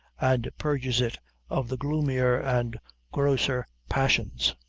and purges it of the gloomier and grosser passions.